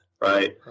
Right